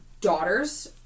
Daughters